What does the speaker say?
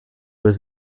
was